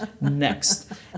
Next